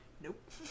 nope